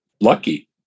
lucky